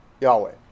Yahweh